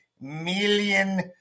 million